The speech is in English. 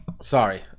Sorry